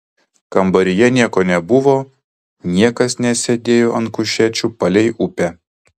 kambaryje nieko nebuvo niekas nesėdėjo ant kušečių palei upę